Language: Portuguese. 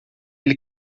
ele